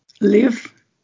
live